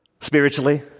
spiritually